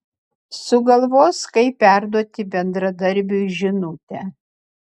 sugalvos kaip perduoti bendradarbiui žinutę